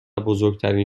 بزرگترین